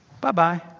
Bye-bye